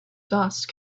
dust